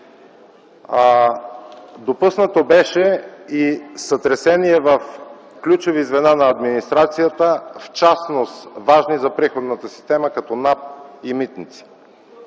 Допуснато беше и сътресение в ключови звена на администрацията, в частност важни за приходната система като НАП и „Митници”.